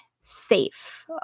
safe